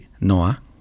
Noah